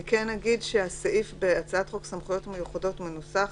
אגיד שהסעיף בהצעת חוק סמכויות מיוחדות מנוסח